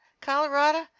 colorado